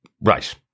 Right